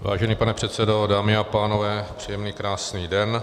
Vážený pane předsedo, dámy a pánové, příjemný krásný den.